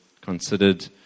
considered